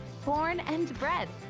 born and bred.